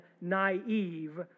naive